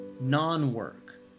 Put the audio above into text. non-work